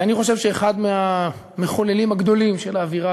ואני חושב שאחד מהמחוללים הגדולים של האווירה